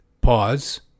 pause